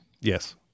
Yes